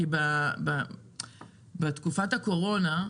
בתחילת הקורונה,